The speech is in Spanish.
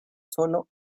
solo